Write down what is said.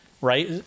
right